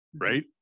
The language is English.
right